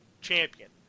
champion